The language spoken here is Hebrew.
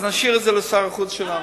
אז נשאיר את זה לשר החוץ שלנו.